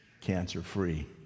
Cancer-free